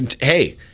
Hey